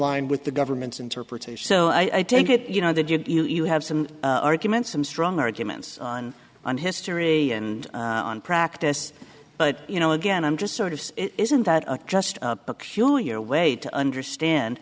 line with the government's interpretation so i take it you know that you have some arguments some strong arguments on on history and on practice but you know again i'm just sort of isn't that a just a curio way to understand